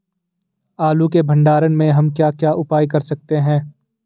आलू के भंडारण में हम क्या क्या उपाय कर सकते हैं?